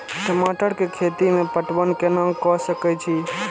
टमाटर कै खैती में पटवन कैना क सके छी?